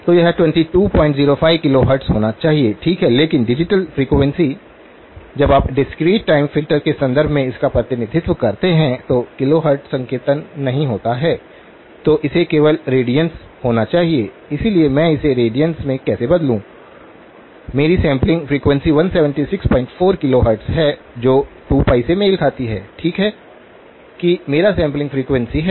तो यह 2205 किलोहर्ट्ज़ होना चाहिए ठीक है लेकिन डिजिटल फ्रीक्वेंसी जब आप डिस्क्रीट टाइम फ़िल्टर के संदर्भ में इसका प्रतिनिधित्व करते हैं तो किलोहर्ट्ज़ संकेतन नहीं होता है तो इसे केवल रेडियंस होना चाहिए इसलिए मैं इसे रेडियंस में कैसे बदलूं मेरी सैंपलिंग फ्रीक्वेंसी 1764 किलोहर्ट्ज़ है जो 2π से मेल खाती है ठीक है कि मेरा सैंपलिंग फ्रीक्वेंसीहै